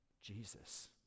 Jesus